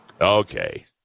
Okay